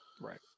Right